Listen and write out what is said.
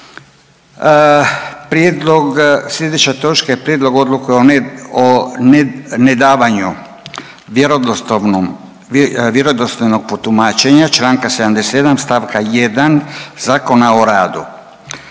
Gordan (HDZ)** Prijedlog odluke o nedavanju vjerodostojnog tumačenja članka 77. stavka 1. Zakona o radu.